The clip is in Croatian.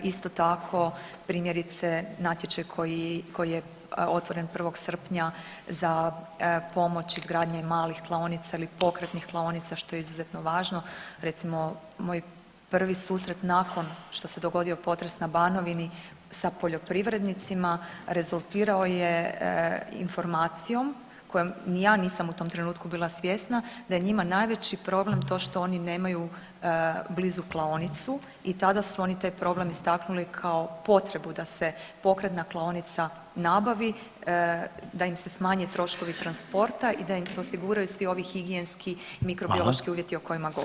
Isto tako primjerice natječaj koji je otvoren 1. srpnja za pomoć izgradnje malih klaonica ili pokretnih klaonica što je izuzetno važno, recimo moj prvi susret nakon što se dogodio potres na Banovini sa poljoprivrednicima rezultirao je informacijom koje ni ja u tom trenutku nisam bila svjesna da je njima najveći problem to što oni nemaju blizu klaonicu i tada su oni taj problem istaknuli kao potrebu da se pokretna klaonica nabavi, da im se smanje troškovi transporta i da im se osiguraju svi ovi higijenski i [[Upadica Reiner: Hvala.]] mikrobiološki uvjeti o kojima govorim.